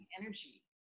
energy